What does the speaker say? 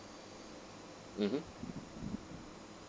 mmhmm